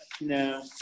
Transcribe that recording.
No